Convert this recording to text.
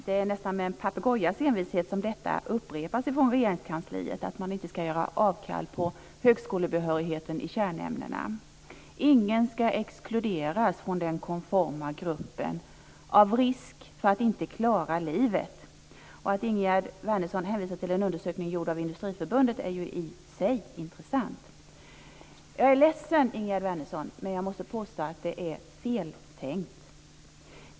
Det är nästan med en papegojas envishet som detta upprepas från Regeringskansliet, att man inte ska göra avkall på högskolebehörigheten i kärnämnena. Ingen ska exkluderas från den konforma gruppen av risk för att inte klara livet. Att Ingegerd Wärnersson hänvisar till en undersökning gjord av Industriförbundet är i sig intressant. Jag är ledsen, Ingegerd Wärnersson, men jag måste påstå att det är feltänkt.